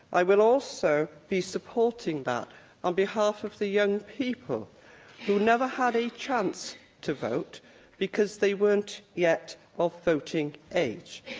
i will also be supporting that on behalf of the young people who never had a chance to vote because they weren't yet of voting age,